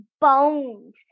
bones